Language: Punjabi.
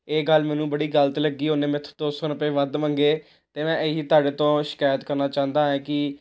ਇਹ ਗੱਲ ਮੈਨੂੰ ਬੜੀ ਗਲਤ ਲੱਗੀ ਉਹਨੇ ਮੇਰੇ ਤੋਂ ਦੋ ਸੌ ਰੁਪਏ ਵੱਧ ਮੰਗੇ ਅਤੇ ਮੈਂ ਇਹੀ ਤੁਹਾਡੇ ਤੋਂ ਸ਼ਿਕਾਇਤ ਕਰਨਾ ਚਾਹੁੰਦਾ ਹੈ ਕਿ